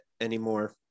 anymore